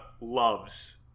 loves